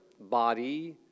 body